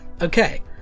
Okay